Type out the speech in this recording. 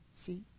See